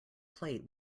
plate